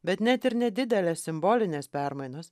bet net ir nedidelės simbolinės permainos